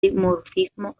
dimorfismo